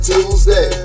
Tuesday